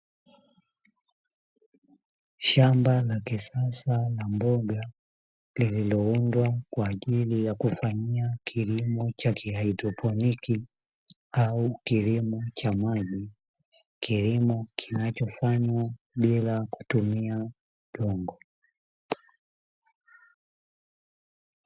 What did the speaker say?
Shamba la kisasa la mboga lililoundwa kwa ajili ya kufanyia kilimo cha kihaidroponi au kilimo cha maji, kilimo kinachofanywa bila kutumia udongo.